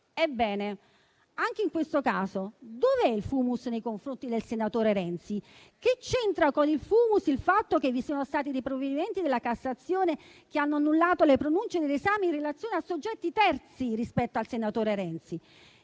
Ebbene, anche in questo caso, dove è il *fumus* nei confronti del senatore Renzi? Che c'entra con il *fumus* il fatto che vi siano stati dei provvedimenti della Cassazione che hanno annullato le pronunce del tribunale del riesame in relazione a soggetti terzi rispetto al senatore Renzi?